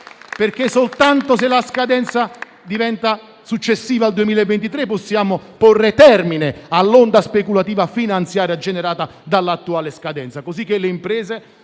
Camere. Soltanto se la scadenza diventa successiva al 2023, possiamo porre termine all'onda speculativa finanziaria generata dall'attuale scadenza, cosicché le imprese